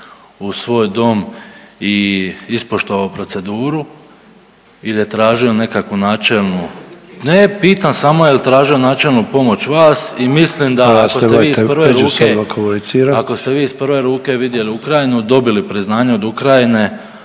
u svoj dom i ispoštovao proceduru ili je tražio nekakvu načelnu, ne pitam samo jel tražio načelnu pomoć vas i mislim da ako ste vi iz prve ruke … …/Upadica: Molim vas nemojte